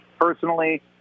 personally